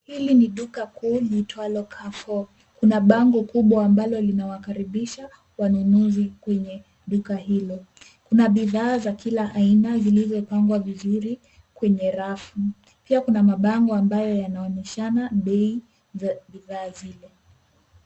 Hili ni duka kuu liitwalo, Carefour. Kuna bango kubwa ambalo linawakaribisha wanunuzi kwenye duka hilo. Kuna bidhaa za kila aina zilizopangwa vizuri kwenye rafu. Pia kuna mabango ambayo yanaonyeshana bei za bidhaa zile.